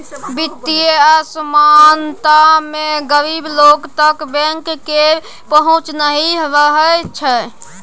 बित्तीय असमानता मे गरीब लोक तक बैंक केर पहुँच नहि रहय छै